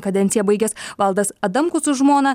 kadenciją baigęs valdas adamkus su žmona